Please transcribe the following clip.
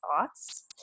thoughts